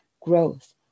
growth